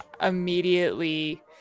immediately